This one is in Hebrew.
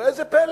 וראה זה פלא,